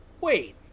Wait